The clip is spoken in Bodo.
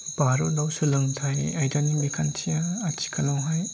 भारतआव सोलोंथाइ आयदानि बिखान्थिया आथिखालावहाय